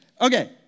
Okay